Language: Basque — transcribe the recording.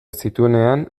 zituenean